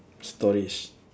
stories